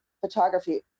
photography